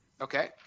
okay